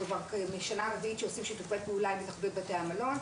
זו כבר השנה הרביעית שאנחנו עושים שיתופי פעולה עם התאחדות בתי המלון.